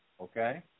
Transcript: Okay